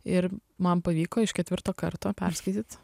ir man pavyko iš ketvirto karto perskaityt